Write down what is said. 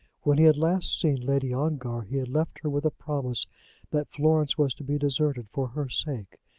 when he had last seen lady ongar he had left her with a promise that florence was to be deserted for her sake.